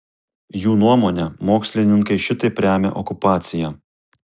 jų nuomone mokslininkai šitaip remia okupaciją